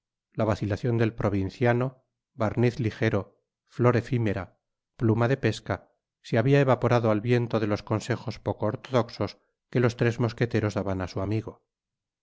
la vacilacion del provinciano barniz lijero flor efimera pluma de pesca se habia evaporado al viento de los consejos poco ortodoxos que los tres mosqueteros daban á su amigo